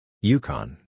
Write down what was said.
Yukon